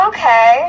Okay